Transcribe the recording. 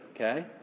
okay